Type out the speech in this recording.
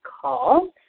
call